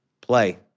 play